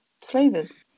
flavors